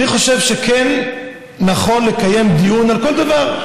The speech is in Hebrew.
אני חושב שכן נכון לקיים דיון על כל דבר,